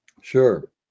Sure